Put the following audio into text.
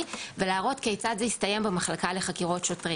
ולהראות כיצד זה הסתיים במחלקה לחקירות שוטרים.